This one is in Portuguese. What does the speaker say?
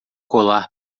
colar